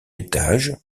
étage